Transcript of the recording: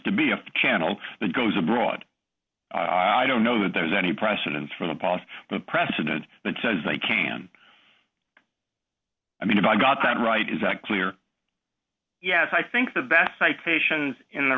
to be a channel that goes abroad i don't know that there's any precedence for the policy the precedent that says they can i mean if i got that right is that clear yes i think the best citations in the